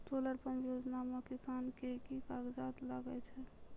Solar pump योजना म किसान के की कागजात लागै छै?